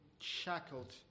shackled